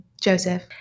Joseph